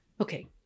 Okay